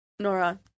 Nora